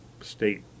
state